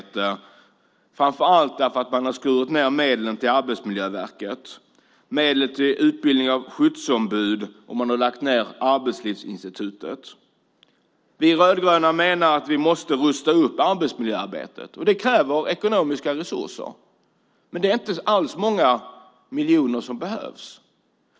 Det beror framför allt på att man har skurit ned medlen till Arbetsmiljöverket och till utbildningen av skyddsombud och att man lagt ned Arbetslivsinstitutet. Vi rödgröna menar att vi måste rusta upp arbetsmiljöarbetet. Det kräver ekonomiska resurser. Men det är inte alls många miljoner som behövs.